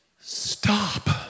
stop